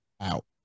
out